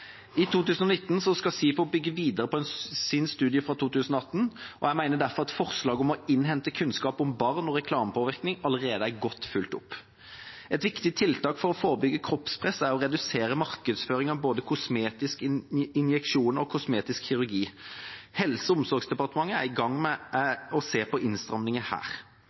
I 2019 skal SIFO bygge videre på sin studie fra 2018, og jeg mener derfor at forslaget om å innhente kunnskap om barn og reklamepåvirkning allerede er godt fulgt opp. Et viktig tiltak for å forebygge kroppspress er å redusere markedsføring av både kosmetisk injeksjoner og kosmetisk kirurgi. Helse- og omsorgsdepartementet er i gang med å se på innstramminger her.